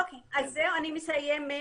אוקיי, אז אני מסיימת.